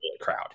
crowd